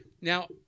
Now